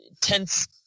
tense